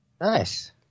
Nice